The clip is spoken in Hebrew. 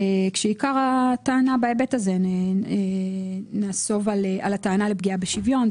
עיקר הטענה בהיבט הזה נסובה על הטענה לפגיעה בשוויון,